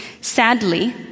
Sadly